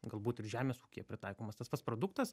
galbūt ir žemės ūkyje pritaikomas tas pats produktas